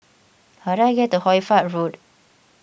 how do I get to Hoy Fatt Road